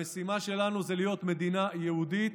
המשימה שלנו זה להיות מדינה יהודית.